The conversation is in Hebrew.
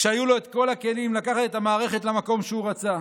כשהיו לו את כל הכלים לקחת את המערכת למקום שהוא רצה.